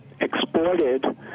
exported